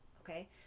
okay